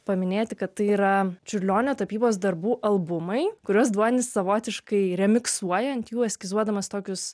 paminėti kad tai yra čiurlionio tapybos darbų albumai kuriuos duonis savotiškai remiksuoja ant jų vaizduodamas tokius